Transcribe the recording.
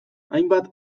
hainbat